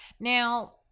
Now